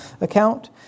account